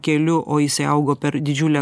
keliu o jisai augo per didžiulę